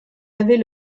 avait